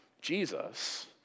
Jesus